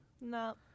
No